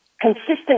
consistent